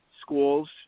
schools